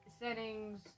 Settings